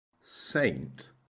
saint